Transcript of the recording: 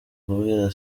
kubwira